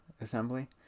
assembly